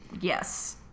Yes